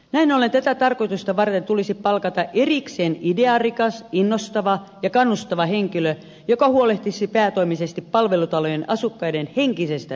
näin ollen tätä tarkoitusta varten tulisi palkata erikseen idearikas innostava ja kannustava henkilö joka huolehtisi päätoimisesti palvelutalojen asukkaiden henkisestä hyvinvoinnista